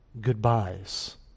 goodbyes